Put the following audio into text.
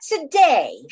today